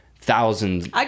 thousands